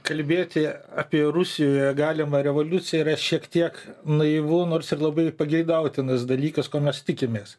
kalbėti apie rusijoje galimą revoliuciją yra šiek tiek naivu nors ir labai pageidautinas dalykas ko mes tikimės